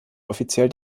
offiziell